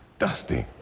dusty.